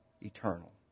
eternal